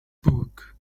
book